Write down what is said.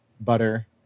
Butter